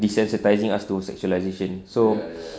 desensitising us to sexualisation so